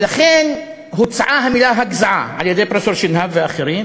לכן הוצעה המילה הגזעה על-ידי פרופסור שנהב ואחרים,